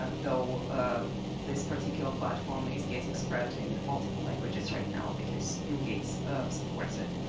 ah though ah this particular platform is getting spread in multiple languages right now because bill gates supports it.